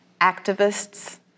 activists